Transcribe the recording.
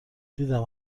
دیدم